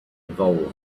evolved